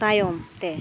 ᱛᱟᱭᱚᱢ ᱛᱮ